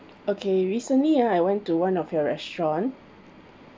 okay recently I went to one of your restaurant